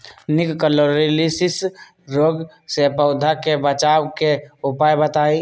निककरोलीसिस रोग से पौधा के बचाव के उपाय बताऊ?